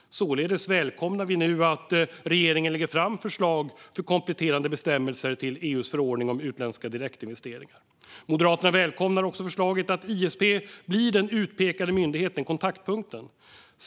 Således välkomnar vi nu att regeringen lägger fram förslag till kompletterande bestämmelser till EU:s förordning om utländska direktinvesteringar. Moderaterna välkomnar också förslaget att ISP blir den utpekade myndigheten - kontaktpunkten.